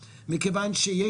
וב',